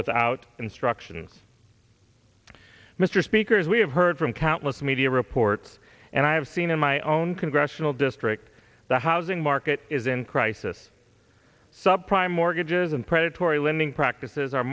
without instructions mr speaker as we have heard from countless media reports and i have seen in my own congressional district the housing market is in crisis sub prime mortgages and predatory lending practices are